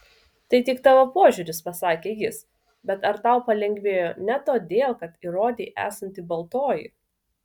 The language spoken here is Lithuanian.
tai tik tavo požiūris pasakė jis bet ar tau palengvėjo ne todėl kad įrodei esanti baltoji